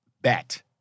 bet